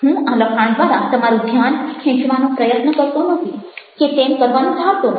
હું આ લખાણ દ્વારા તમારું ધ્યાન ખેંચવાનો પ્રયત્ન કરતો નથી કે તેમ કરવાનું ધારતો નથી